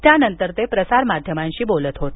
त्यानंतर ते प्रसारमाध्यमांशी बोलत होते